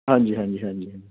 ਹਾਂਜੀ ਹਾਂਜੀ ਹਾਂਜੀ ਹਾਂਜੀ